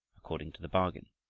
according to the bargain.